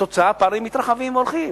התוצאה, הפערים מתרחבים והולכים,